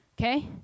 Okay